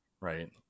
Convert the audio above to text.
Right